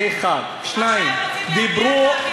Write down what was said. זה, 1. בסדר.